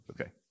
Okay